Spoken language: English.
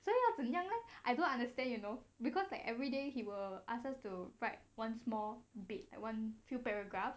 so 要怎么样 leh I don't understand you know because like everyday he will ask us to write once more big [one] few paragraphs